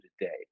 today